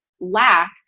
lack